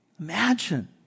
Imagine